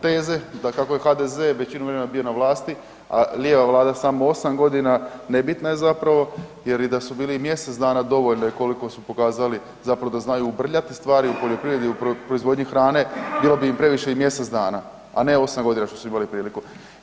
Teze da kako je HDZ većinu vremena bio na vlasti, a lijeva vlada samo 8.g. nebitna je zapravo jer i da su bili i mjesec dana dovoljno je koliko su pokazali zapravo da znaju ubrljati stvari u poljoprivredi i u proizvodnji hrane bilo bi im previše i mjesec dana, a ne 8.g. što su imali priliku.